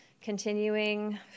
Continuing